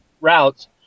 routes